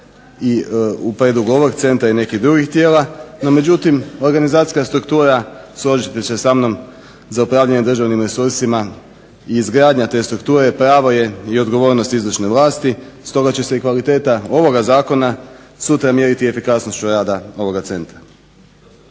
poslova i … centra i nekih drugih tijela, međutim organizacijska struktura složiti ćete se sa mnom za upravljanje državnim resursima i izgradnja te strukture pravo i odgovornost izvršne vlasti. Stoga će se kvaliteta ovoga zakona sutra mjeriti efikasnošću rada ovoga centra.